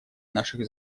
наших